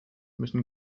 müssen